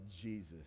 Jesus